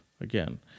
again